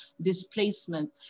displacement